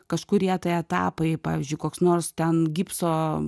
kažkurie tai etapai pavyzdžiui koks nors ten gipso